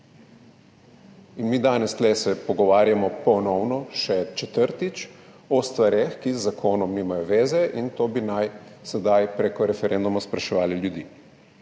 Mi se danes tu pogovarjamo ponovno, še četrtič, o stvareh, ki z zakonom nimajo zveze in to naj bi sedaj prek referenduma spraševali ljudi.